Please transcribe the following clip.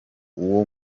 uwo